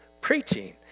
preaching